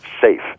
safe